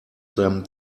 them